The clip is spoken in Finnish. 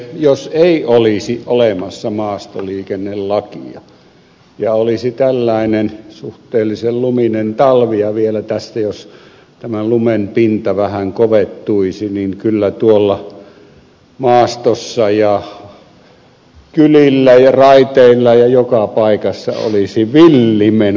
jos ei olisi olemassa maastoliikennelakia ja olisi tällainen suhteellisen luminen talvi ja jos vielä tässä tämä lumen pinta vähän kovettuisi niin kyllä tuolla maastossa ja kylillä ja raiteilla ja joka paikassa olisi villi meno päällä